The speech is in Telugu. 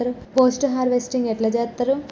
పోస్ట్ హార్వెస్టింగ్ ఎట్ల చేత్తరు?